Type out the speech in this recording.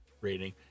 rating